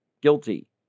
guilty